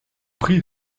prie